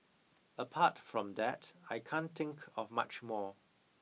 apart from that I can't think of much more